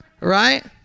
right